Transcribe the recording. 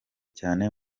cyane